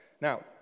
Now